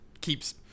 keeps